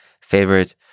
favorite